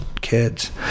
kids